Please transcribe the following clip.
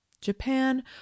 japan